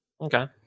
Okay